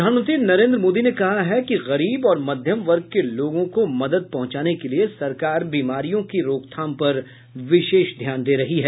प्रधानमंत्री नरेन्द्र मोदी ने कहा है कि गरीब और मध्यम वर्ग के लोगों को मदद पहुंचाने के लिए सरकार बीमारियों की रोकथाम पर विशेष ध्यान दे रही है